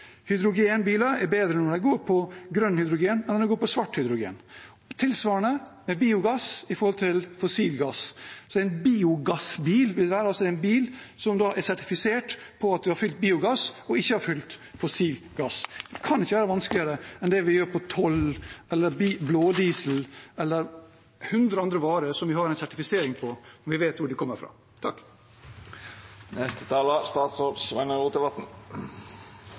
Hydrogenbiler er bedre når de går på grønn hydrogen enn når de går på svart hydrogen. Tilsvarende med biogass i forhold til fossilgass: En biogassbil vil være en bil som er sertifisert for at man har fylt biogass, ikke fossilgass. Det kan ikke være vanskeligere enn det vi gjør på toll eller blådiesel eller hundre andre varer vi har en sertifisering på at vi vet hvor kommer fra.